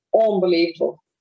unbelievable